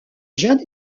jeanne